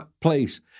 place